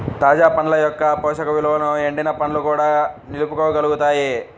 తాజా పండ్ల యొక్క పోషక విలువలను ఎండిన పండ్లు కూడా నిలుపుకోగలుగుతాయి